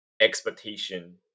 expectation